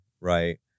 right